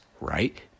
right